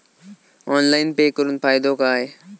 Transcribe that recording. Online pay करुन फायदो काय?